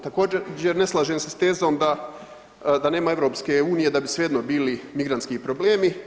Također ne slažem se s tezom da nema EU da bi svejedno bili migrantski problemi.